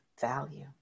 value